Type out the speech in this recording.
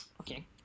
okay